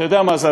אתה יודע מה זה,